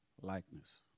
likeness